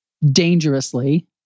dangerously